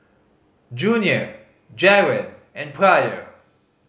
Junior Jaron and Pryor